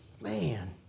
man